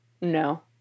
No